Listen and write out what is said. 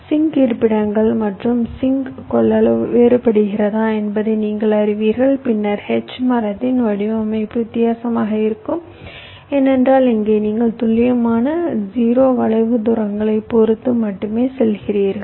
sink இருப்பிடங்கள் மற்றும் sink கொள்ளளவு வேறுபடுகிறதா என்பதையும் நீங்கள் அறிவீர்கள் பின்னர் H மரத்தின் வடிவமைப்பு வித்தியாசமாக இருக்கும் ஏனென்றால் இங்கே நீங்கள் துல்லியமான 0 வளைவு தூரங்களைப் பொறுத்து மட்டுமே சொல்கிறீர்கள்